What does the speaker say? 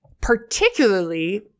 particularly